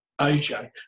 AJ